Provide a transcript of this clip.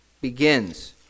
begins